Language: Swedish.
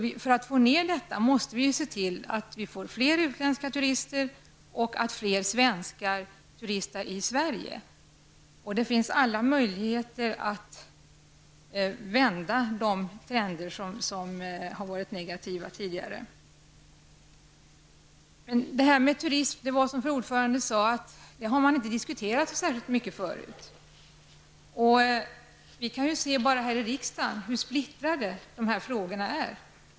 För att minska detta underskott måste vi se till att vi får fler utländska turister och att fler svenskar turistar i Sverige. Det finns alla möjligheter att vända de negativa trenderna. Som fru ordförande sade, har man inte diskuterat turismen särskilt mycket tidigare. Vi kan själva se hur splittrade turismfrågorna är i riksdagen.